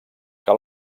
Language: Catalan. que